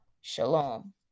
shalom